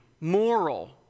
moral